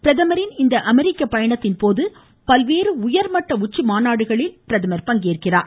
பிரதமரின் இந்த அமெரிக்க பயணத்தின்போது பல்வேறு உயர்மட்ட உச்சிமாநாடுகளில் அவர் பங்கேற்கிறார்